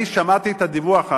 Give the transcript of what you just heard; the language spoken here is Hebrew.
אני שמעתי את הדיווח,